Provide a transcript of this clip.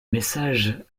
message